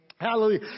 Hallelujah